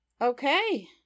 Okay